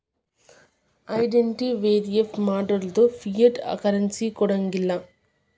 identity verify ಮಾಡ್ಲಾರ್ದ fiat currency ಕೊಡಂಗಿಲ್ಲಾ